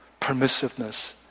permissiveness